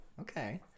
okay